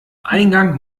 eingang